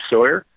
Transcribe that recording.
Sawyer